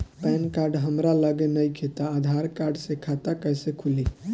Pan card हमरा लगे नईखे त आधार कार्ड से खाता कैसे खुली?